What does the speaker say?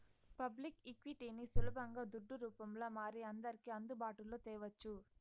public ఈక్విటీని సులబంగా దుడ్డు రూపంల మారి అందర్కి అందుబాటులో తేవచ్చు